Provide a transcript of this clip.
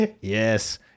Yes